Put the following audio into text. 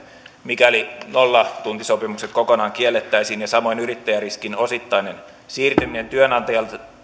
mikäli nollatuntisopimukset kokonaan kiellettäisiin ja samoin yrittäjäriskin osittainen siirtyminen työnantajalta